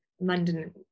London